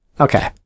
Okay